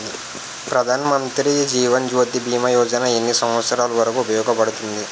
ప్రధాన్ మంత్రి జీవన్ జ్యోతి భీమా యోజన ఎన్ని సంవత్సారాలు వరకు ఉపయోగపడుతుంది?